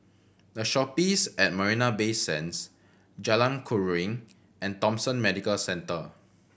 The Shoppes at Marina Bay Sands Jalan Keruing and Thomson Medical Centre